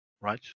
right